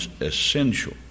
essential